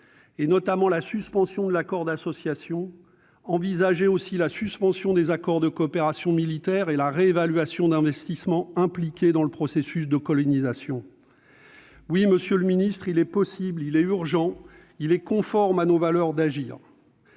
notamment la suspension de l'accord d'association, mais aussi envisager la suspension des accords de coopération militaire et la réévaluation d'investissements impliqués dans le processus de colonisation. Oui, monsieur le ministre, il est possible, il est urgent, il est conforme à nos valeurs d'agir.